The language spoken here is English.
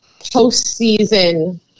postseason